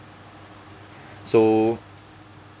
so